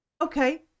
okay